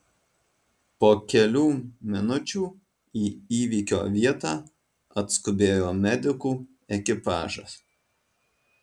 po kelių minučių į įvykio vietą atskubėjo medikų ekipažas